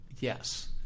yes